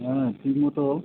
মানে শুধু তো